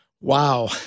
Wow